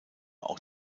auch